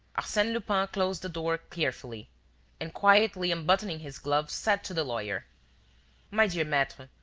arsene lupin closed the door carefully and, quietly unbuttoning his gloves, said to the lawyer my dear maitre,